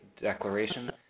declaration